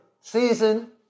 season